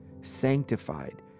sanctified